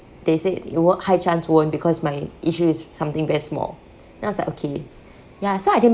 they said it wo~ high chance won't because my issue is something very small and I was like okay ya so I didn't